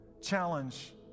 challenge